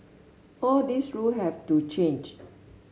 all these rule have to change